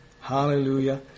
Hallelujah